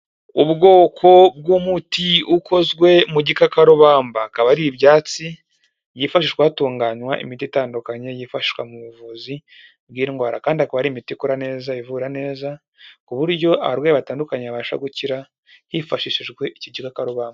Ubwoko, bw'umuti, ukozwe, mu igikakarubamba. Akaba ari ibyatsi, byifashishwa hatunganywa imiti itandukanye, yifashishwa mu buvuzi, bw'indwara. Kandi akaba ari imiti ikora neza, ivura neza, ku buryo abarwayi batandukanye babasha gukira, hifashishijwe igikakarubamba.